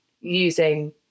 using